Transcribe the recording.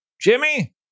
Jimmy